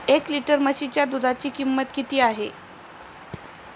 एक लिटर म्हशीच्या दुधाची किंमत किती आहे?